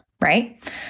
right